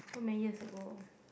so many years ago